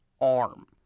arm